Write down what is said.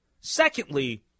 Secondly